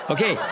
Okay